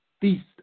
feast